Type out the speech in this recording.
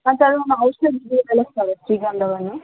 ಮತ್ತು ಅದನ್ನು ಔಷಧಿಗೆ ಬಳಸ್ತಾರಾ ಶ್ರೀಗಂಧವನ್ನು